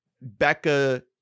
Becca